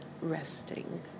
resting